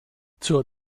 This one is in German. zur